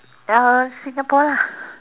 uh Singapore lah